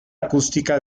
acústica